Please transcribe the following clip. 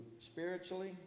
spiritually